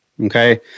Okay